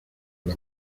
las